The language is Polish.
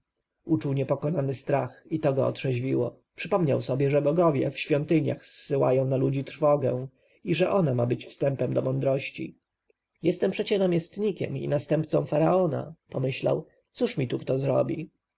uczuł niepokonany strach i to go otrzeźwiło przypomniał sobie że bogowie w świątyniach zsyłają na ludzi trwogę i że ona ma być wstępem do mądrości jestem przecie namiestnikiem i następcą faraona pomyślał cóż mi tu kto zrobi